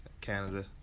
Canada